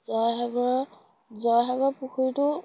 জয়সাগৰ জয়সাগৰ পুখুৰীটো